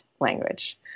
language